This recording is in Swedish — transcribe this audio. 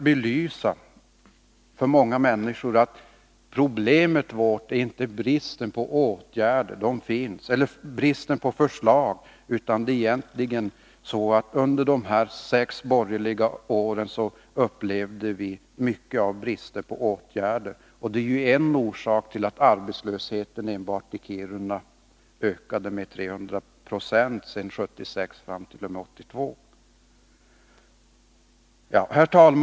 Med vad jag hittills anfört har jag velat belysa att vårt problem inte är bristen på förslag. I stället är det så att vi under de sex borgerliga åren fick uppleva en stor brist på åtgärder. Det är en orsak till att arbetslösheten enbart i Kiruna ökade med 300 90 från 1976 och fram till 1982.